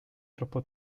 troppo